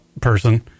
person